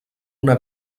una